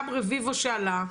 גם רביבו שעלה,